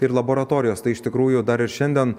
ir laboratorijos tai iš tikrųjų dar ir šiandien